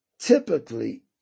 typically